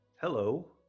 hello